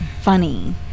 funny